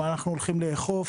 מה אנחנו הולכים לאכוף,